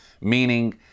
meaning